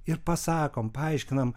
ir pasakom paaiškinam